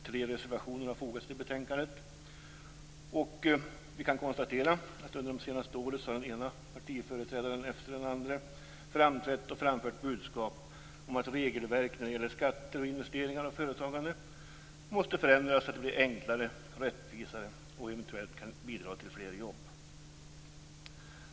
Tre reservationer har fogats till betänkandet. Vi kan konstatera att under de senaste åren har den ena partiföreträdaren efter den andra framträtt och framfört budskapet om att regelverket när det gäller skatter och investeringar och företagande måste förändras så att det blir enklare och rättvisare och eventuellt kan bidra till fler jobb.